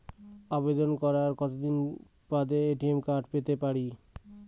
আবেদন করার কতদিন বাদে এ.টি.এম কার্ড পেতে পারি?